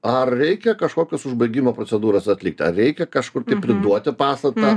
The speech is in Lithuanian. ar reikia kažkokias užbaigimo procedūros atlikti ar reikia kažkur priduoti pastatą